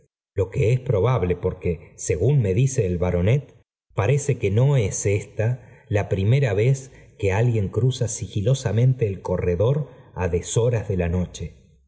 lo que es probable porque según me dice el baronet parece que no es ésta la primera vez que aíencre za sigilosamente el corredor á deshoras de ta